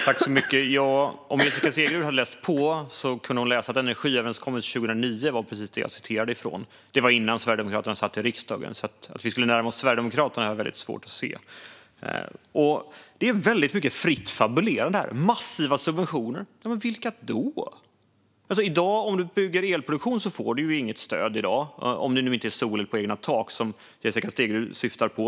Fru talman! Om Jessica Stegrud hade läst på hade hon vetat att det var energiöverenskommelsen 2009 jag citerade från. Det var innan Sverigedemokraterna satt i riksdagen. Att vi skulle närma oss Sverigedemokraterna har jag väldigt svårt att se. Det är väldigt mycket fritt fabulerande här. "Massiva subventioner" - vilka då? Om du bygger elproduktion får du inget stöd i dag - om det inte är sol på egna tak Jessica Stegrud syftar på.